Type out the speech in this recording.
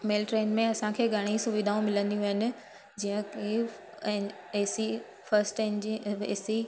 मेल train में असांखे घणी सुविधाऊं मिलंदियूं आहिनि जीअं की आहिनि ए सी फस्ट एंजीन ए सी